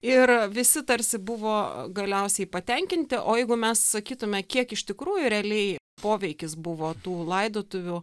ir visi tarsi buvo galiausiai patenkinti o jeigu mes sakytume kiek iš tikrųjų realiai poveikis buvo tų laidotuvių